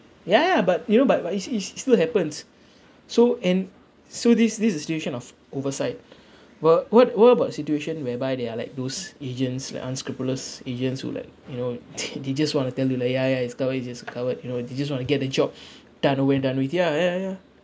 ya ya but you know but but you see it still happens so and so this this is a situation of oversight wh~ what what about situation whereby they are like those agents like unscrupulous agents who like you know they just want to tell you like ya ya it's covered it is covered you know they just want to get the job done away and done with ya ya ya